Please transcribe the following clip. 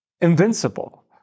invincible